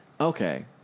Okay